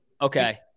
Okay